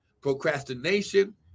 procrastination